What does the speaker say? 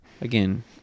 Again